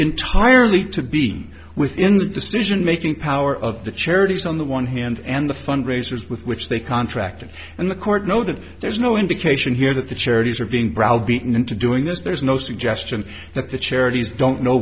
entirely to be within the decision making power of the charities on the one hand and the fundraisers with which they contracted and the court noted there's no indication here that the charities are being brow beaten into doing this there's no suggestion that the charities don't know